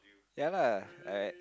ya lah I